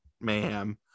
mayhem